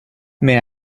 may